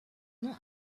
nom